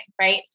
Right